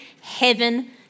heaven